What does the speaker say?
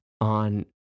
on